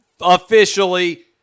officially